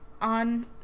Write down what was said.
on